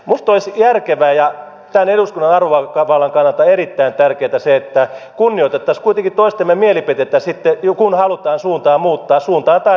minusta olisi järkevää ja tämän eduskunnan arvovallan kannalta erittäin tärkeätä se että kunnioitettaisiin kuitenkin toistemme mielipiteitämme kun halutaan suuntaa muuttaa suuntaan tai toiseen